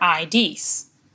IDs